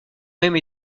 même